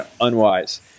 unwise